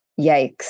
Yikes